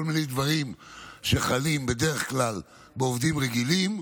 כל מיני דברים שחלים בדרך כלל על עובדים רגילים.